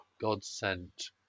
God-sent